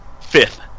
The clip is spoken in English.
fifth